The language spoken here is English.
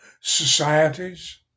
societies